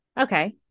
Okay